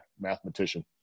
mathematician